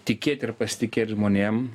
tikėt ir pasitikėt žmonėm